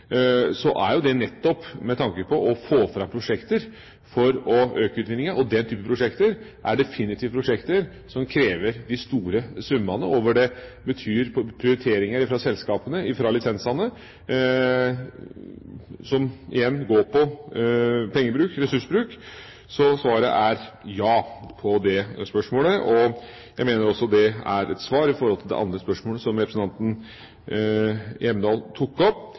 er jo det nettopp med tanke på å få fram prosjekter for å øke utvinninga. Den type prosjekter er definitivt prosjekter som krever de store summene. Det betyr prioriteringer fra selskapene, fra lisensene, som igjen går på pengebruk, ressursbruk. Så svaret er ja på det spørsmålet. Jeg mener også det er svar på det andre spørsmålet som representanten Hjemdal tok opp,